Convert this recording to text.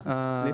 הסכמתם.